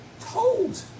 told